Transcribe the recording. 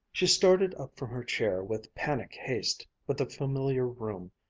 she started up from her chair with panic haste, but the familiar room,